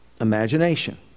imagination